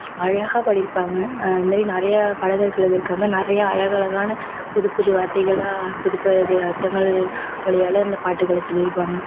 அழகாக பாடி இருப்பாங்க அந்தமாரி நிறையா பாடகர்கள் இருக்காங்க நிறையா அழகழகான புதுப் புது வார்த்தைகள் எல்லாம் புதுப் புது அர்த்தங்கள் வலியால் இந்த பாட்டுகளை சொல்லி இருப்பாங்க